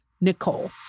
Nicole